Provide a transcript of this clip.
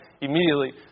immediately